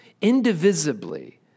indivisibly